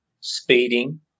speeding